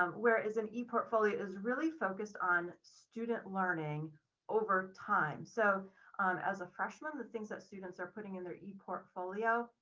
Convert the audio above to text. um whereas an e portfolio is really focused on student learning over time. so as a freshman, the things that students are putting in their e portfolio,